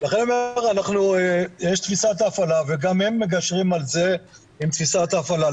יש תפיסת הפעלה וגם הם מגשרים על זה עם תפיסת הפעלה.